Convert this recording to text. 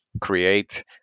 create